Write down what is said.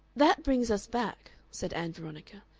that brings us back, said ann veronica,